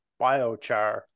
biochar